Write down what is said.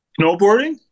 Snowboarding